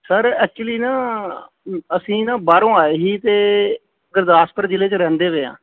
sir actually ਨਾ ਅਸੀਂ ਨਾ ਬਾਹਰੋਂ ਆਏ ਸੀ ਅਤੇ ਗੁਰਦਾਸਪੁਰ ਜਿਲ੍ਹੇ 'ਚ ਰਹਿੰਦੇ ਵੇ ਹਾਂ